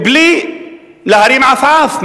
בלי להרים עפעף,